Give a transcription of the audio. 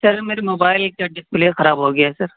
سر میرے موبائل کا ڈسپلے خراب ہو گیا ہے سر